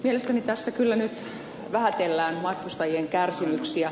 mielestäni tässä kyllä nyt vähätellään matkustajien kärsimyksiä